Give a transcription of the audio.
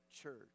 church